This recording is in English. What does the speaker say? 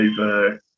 over